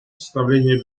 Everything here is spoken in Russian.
составления